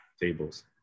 tables